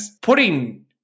putting